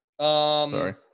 Sorry